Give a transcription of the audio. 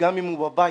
וגם אם הוא בבית.